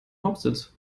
hauptsitz